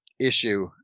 issue